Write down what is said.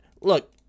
look